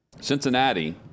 Cincinnati